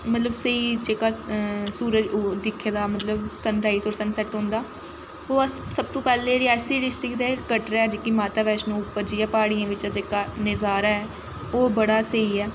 मतलब स्हेई जेह्का सूरज उ दिक्खे दा मतलब सन राइज होर सन सैट्ट होंदा ओह् अस सब तों पैह्लें रियासी डिस्टिक दे कटरे जेह्की माता बैष्णो उप्पर जाइयै उप्पर प्हाड़ियें बिच्च जेह्का नजारा ऐ ओह् बड़ा स्हेई ऐ